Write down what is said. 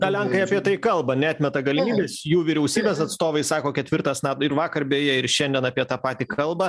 ką lenkai apie tai kalba neatmeta galimybės jų vyriausybės atstovai sako ketvirtas ir vakar beje ir šiandien apie tą patį kalba